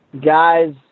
Guys